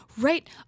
Right